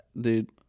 Dude